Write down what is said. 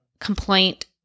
complaint